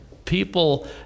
People